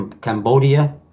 Cambodia